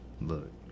look